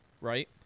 right